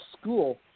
school